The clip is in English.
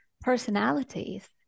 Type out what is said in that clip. personalities